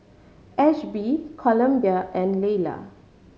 Ashby Columbia and Laylah